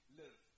live